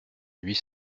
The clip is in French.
huit